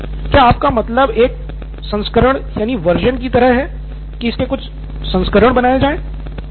professor क्या आपका मतलब एक संस्करण की तरह है की इसके कुछ संस्करण बनाए जाए